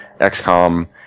XCOM